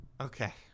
okay